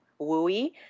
wooey